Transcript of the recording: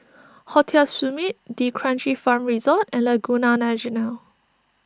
Hotel Summit D'Kranji Farm Resort and Laguna National